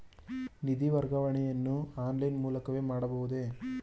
ನಿಧಿ ವರ್ಗಾವಣೆಯನ್ನು ಆನ್ಲೈನ್ ಮೂಲಕವೇ ಮಾಡಬಹುದೇ?